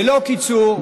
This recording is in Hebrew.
ללא קיצור ובלי הנחות.